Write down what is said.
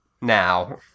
now